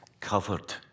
covered